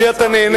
עם מי אתה נהנה,